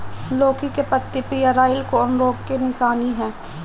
लौकी के पत्ति पियराईल कौन रोग के निशानि ह?